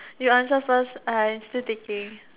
you answer first I still thinking